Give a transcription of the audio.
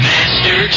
Master